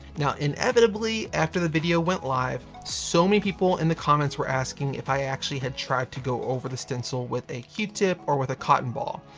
now inevitably after the video went live, so many people in the comments were asking if i actually had tried to go over the stencil with a q-tip or with a cotton ball.